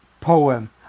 poem